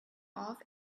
off